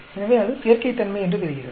எனவே அது சேர்க்கைத்தன்மை என்று தெரிகிறது